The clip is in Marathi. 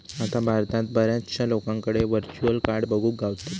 आता भारतात बऱ्याचशा लोकांकडे व्हर्चुअल कार्ड बघुक गावतत